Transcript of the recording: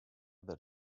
that